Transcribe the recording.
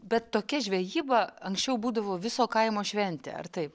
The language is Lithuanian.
bet tokia žvejyba anksčiau būdavo viso kaimo šventė ar taip